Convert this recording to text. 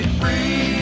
free